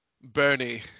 Bernie